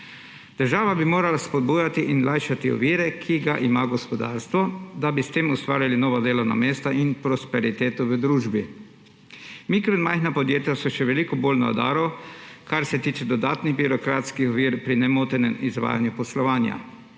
Država bi morala spodbujati in lajšati ovire, ki ga ima gospodarstvo, da bi s tem ustvarjali nova delovna mesta in prosperiteto v družbi. Mikro- in majhna podjetja so še veliko bolj na udaru, kar se tiče dodatnih birokratskih ovir pri nemotenem izvajanju poslovanja.